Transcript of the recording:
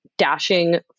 dashing